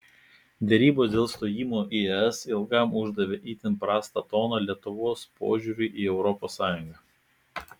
derybos dėl stojimo į es ilgam uždavė itin prastą toną lietuvos požiūriui į europos sąjungą